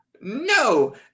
no